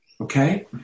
Okay